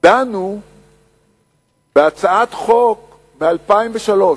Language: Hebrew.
דנו בהצעת חוק מ-2003,